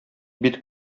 бит